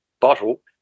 bottle